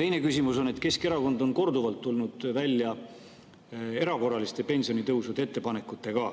Teine küsimus on selle kohta, et Keskerakond on korduvalt tulnud välja erakorraliste pensionitõusude ettepanekutega.